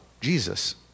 Jesus